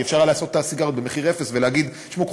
הרי היה אפשר למכור את הסיגריות במחיר אפס ולהגיד: תשמעו,